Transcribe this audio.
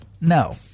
No